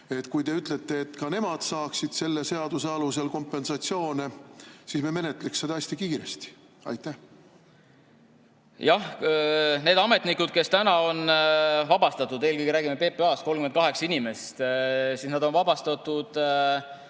Kui te ütlete, et ka nemad saaksid selle seaduse alusel kompensatsiooni, siis me menetleks seda hästi kiiresti. Jah, need ametnikud, kes on vabastatud, eelkõige räägime PPA‑s 38 inimesest, on vabastatud